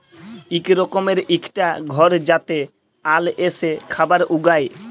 ইক রকমের ইকটা ঘর যাতে আল এসে খাবার উগায়